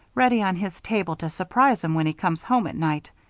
ready on his table to surprise him when he comes home at night.